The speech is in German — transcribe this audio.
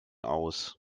aus